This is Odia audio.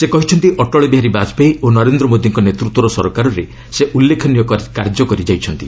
ସେ କହିଛନ୍ତି ଅଟଳ ବିହାରୀ ବାଜପେୟୀ ଓ ନରେନ୍ଦ୍ର ମୋଦିଙ୍କ ନେତୃତ୍ୱର ସରକାରରେ ସେ ଉଲ୍ଲେଖନୀୟ କାର୍ଯ୍ୟ କରିଯାଇଛନ୍ତି